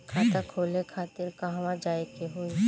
खाता खोले खातिर कहवा जाए के होइ?